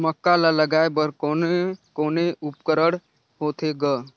मक्का ला लगाय बर कोने कोने उपकरण होथे ग?